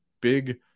big –